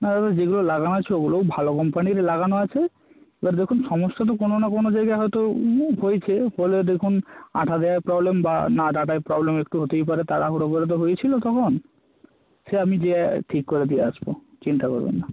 না দাদা যেগুলো লাগানো ছিলো ওগুলোও ভালো কোম্পানিরই লাগানো আছে এবার দেখুন সমস্যা তো কোনো না কোনো জায়গায় হয়তো হয়েইছে ফলে দেখুন আঠা দেয়ায় প্রবলেম বা না দাদায় প্রবলেম একটু হতেই পারে তাড়াহুড়ো করে তো হয়েছিলো তখন সে আমি যেইয়ে ঠিক করে দিয়ে আসবো চিন্তা করবেন না